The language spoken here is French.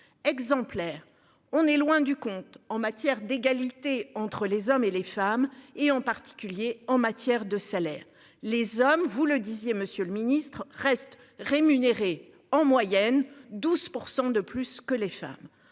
exemplaire. On est loin du compte en matière d'égalité entre les hommes et les femmes et en particulier en matière de salaire. Les hommes, vous le disiez, Monsieur le Ministre reste rémunérés en moyenne 12% de plus que les femmes